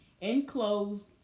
enclosed